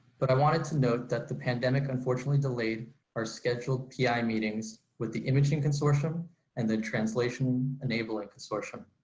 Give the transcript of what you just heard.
but i wanted to note that the pandemic unfortunately delayed our scheduled pi meetings with the imaging consortium and the translation enabling consortium.